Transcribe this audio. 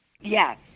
Yes